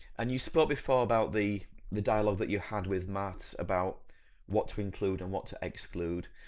and you spoke before about the the dialogue that you had with matt about what to include and what to exclude.